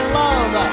love